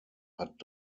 hat